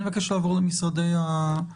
אני מבקש לעבור למשרדי הממשלה.